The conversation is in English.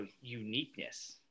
uniqueness